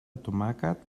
tomàquet